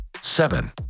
seven